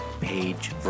page